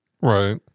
Right